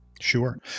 Sure